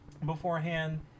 beforehand